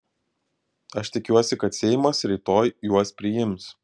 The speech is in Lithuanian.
aš tikiuosi kad seimas rytoj juos priims